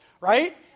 right